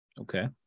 Okay